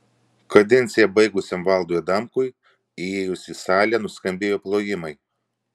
kadenciją baigusiam valdui adamkui įėjus į salę nuskambėjo plojimai